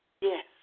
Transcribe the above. Yes